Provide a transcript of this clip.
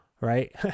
right